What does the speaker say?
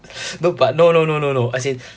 no but no no no no no as in